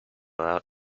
out